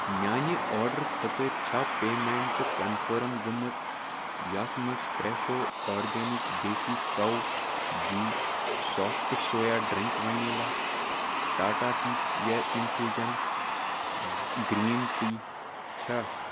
میانہِ آرڈر خٲطر چھا پیٚمٮ۪نٹ کنفٲرٕم گٔمٕژ یتھ مَنٛز Fresho organic desi cow ghee soft soya drink vanilla Tata tea care infusion green tea چھا